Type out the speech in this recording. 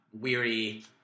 weary